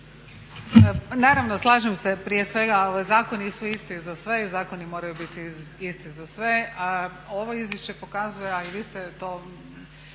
Naravno slažem se. Prije svega zakoni su isti za sve i zakoni moraju biti isti za sve. A ovo izvješće pokazuje, a i vi ste to